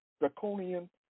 draconian